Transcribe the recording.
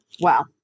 Wow